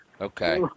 Okay